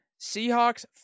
Seahawks